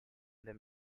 them